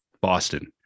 boston